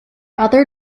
other